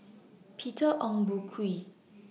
Peter Ong Boon Kwee